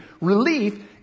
Relief